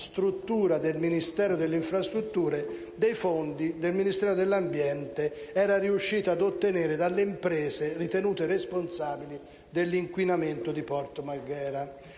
struttura del Ministero delle infrastrutture, dei fondi che il Ministero dell'ambiente era riuscito ad ottenere dalle imprese ritenute responsabili dell'inquinamento di Porto Marghera.